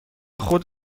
خود